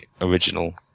original